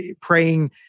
praying